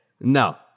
No